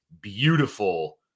beautiful